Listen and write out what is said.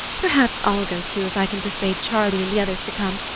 perhaps i'll go too if i can persuade charlie and the others to come.